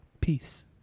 Peace